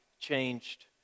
changed